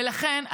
ולכן,